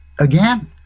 again